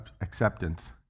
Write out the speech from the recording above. acceptance